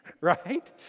Right